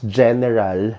general